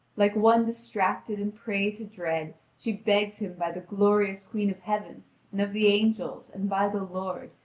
like one distracted and prey to dread, she begs him by the glorious queen of heaven and of the angels, and by the lord,